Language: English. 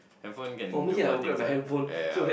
handphone can do more things ah ah ya